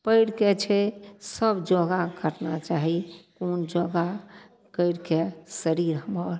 पयरके छै सब योगा करना चाही कोन योगा करिके शरीर हमर